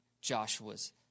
Joshua's